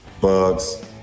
Bugs